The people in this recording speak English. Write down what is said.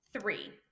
three